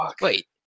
Wait